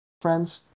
friends